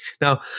Now